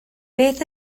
beth